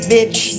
Bitch